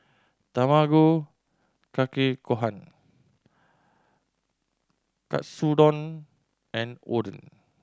Tamago Kake Gohan Katsudon and Oden